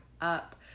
up